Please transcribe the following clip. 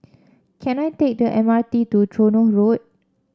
can I take the M R T to Tronoh Road